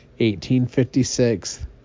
1856